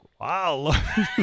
wow